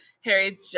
Harry